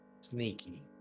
sneaky